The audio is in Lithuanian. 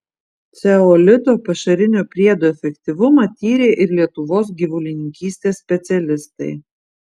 ceolito pašarinio priedo efektyvumą tyrė ir lietuvos gyvulininkystės specialistai